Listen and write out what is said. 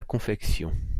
confection